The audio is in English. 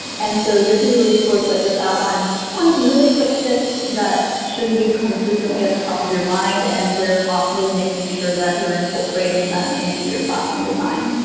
and so this is a resource that just outlines twenty really quick tips that should be consistently at the top of your mind, and where possible, making sure that you're incorporating them into your classroom design.